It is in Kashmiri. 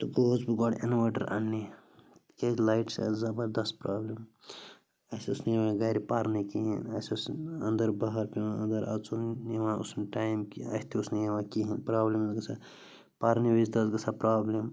تہٕ گوٚوُس بہٕ گۄڈٕ اِنوٲٹَر اَننہِ کیٛازِ لایٹ چھِ آسہٕ زبردس پرٛابلِم اَسہِ اوس نہٕ یِوان گَرِ پَرنہٕ کِہیٖنۍ اَسہِ اوس اَنٛدَر بہر پٮ۪وان اَنٛدَر اَژُن یِوان اوس نہٕ ٹایِم کِہیٖنۍ اَتھۍ تہِ اوس نہٕ یِوان کِہیٖنۍ پرٛابلِم ٲس گژھان پرنہٕ وِز تہِ ٲس گژھان پرٛابلِم